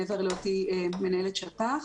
מעבר להיותי מנהלת שפ"ח.